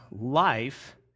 life